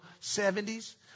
70s